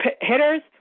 hitters